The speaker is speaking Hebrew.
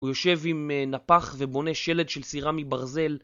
הוא יושב עם נפח ובונה שלד של סירה מברזל